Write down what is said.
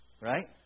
right